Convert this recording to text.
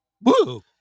Woo